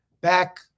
back